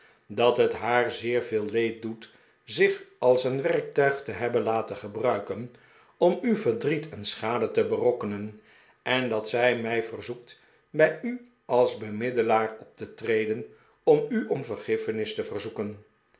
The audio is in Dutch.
dat het haar zeer veel leed doet zich als een werktuig te hebben laten gebruiken om u verdriet en schade te berokkenen en dat zij mij verzoekt bij u als bemiddelaar op te treden en u om vergiffenis te verzoeken